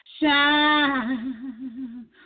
Shine